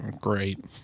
great